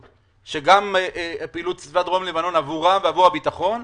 של פעילות צבא דרום לבנון עבורם ועבור הביטחון,